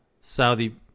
Saudi